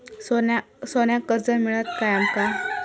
सोन्याक कर्ज मिळात काय आमका?